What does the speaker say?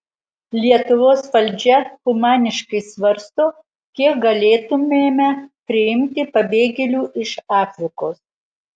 lietuvos valdžia humaniškai svarsto kiek galėtumėme priimti pabėgėlių iš afrikos